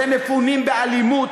והם מפונים באלימות,